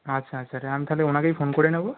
আচ্ছা আচ্ছা ছা আমি থাহলে ওনাকেই ফোন করে নেব